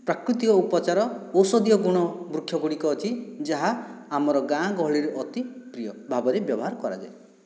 ପ୍ରାକୃତିକ ଉପଚାର ଔଷଧୀୟ ଗୁଣ ବୃକ୍ଷଗୁଡ଼ିକ ଅଛି ଯାହା ଆମର ଗାଁ ଗହଳିରେ ଅତି ପ୍ରିୟ ଭାବରେ ବ୍ୟବହାର କରାଯାଏ